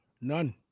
None